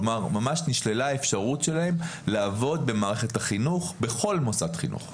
כלומר ממש נשללה האפשרות שלהם לעבוד במערכת החינוך בכל מוסד חינוך.